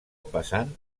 passant